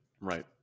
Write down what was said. right